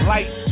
Light